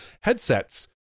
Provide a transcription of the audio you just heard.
headsets